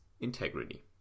integrity